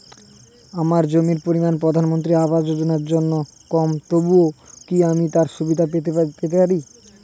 আমার জমির পরিমাণ প্রধানমন্ত্রী আবাস যোজনার জন্য কম তবুও কি আমি তার সুবিধা পেতে পারি?